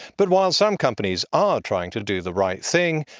but while some companies are trying to do the right thing,